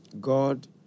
God